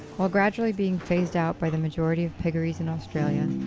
while gradually being phased out by the majority of piggeries in australia,